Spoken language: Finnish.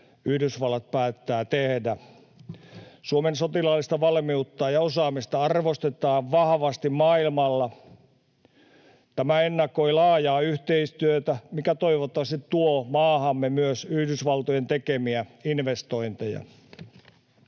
Yhdysvallat päättää tehdä. Suomen sotilaallista valmiutta ja osaamista arvostetaan vahvasti maailmalla. Tämä ennakoi laajaa yhteistyötä, mikä toivottavasti tuo maahamme myös Yhdysvaltojen tekemiä investointeja.